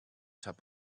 top